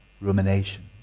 rumination